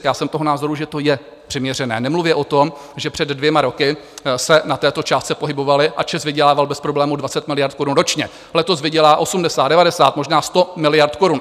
Já jsem toho názoru, že to je přiměřené, nemluvě o tom, že před dvěma roky se na této částce pohybovali a ČEZ vydělával bez problémů 20 miliard korun ročně, letos vydělá 80, 90 možná 100 miliard korun.